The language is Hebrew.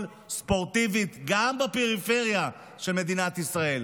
ספורטיבית גם בפריפריה של מדינת ישראל.